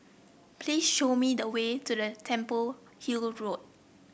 please show me the way to the Temple Hill Road